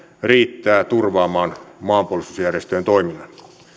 riittää turvaamaan maanpuolustusjärjestöjen toiminnan